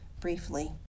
briefly